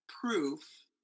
proof